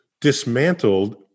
dismantled